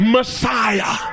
Messiah